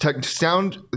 sound